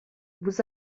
vous